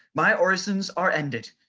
my orisons are ended,